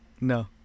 No